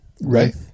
right